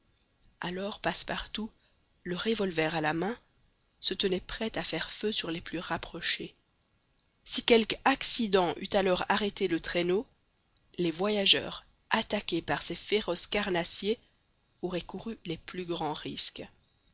alors passepartout le revolver à la main se tenait prêt à faire feu sur les plus rapprochés si quelque accident eût alors arrêté le traîneau les voyageurs attaqués par ces féroces carnassiers auraient couru les plus grands risques